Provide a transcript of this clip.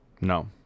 No